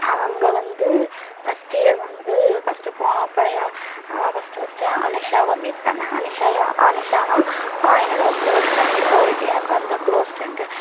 அங்கே வந்து first year வந்து ஃபஸ்ட்டு போனப்போ யா நான் ஃபஸ்ட்டு ஃபஸ்ட்டு அனுஷாவை மீட் பண்ணிணேன் அனுஷா யா அனுஷானால் அவள் என்னோட கிளோஸ் ஃபிரெண்ட் இப்போ வரைக்கும் எனக்கு வந்து கிளோஸ் ஃபிரெண்ட்டு